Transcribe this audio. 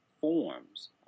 forms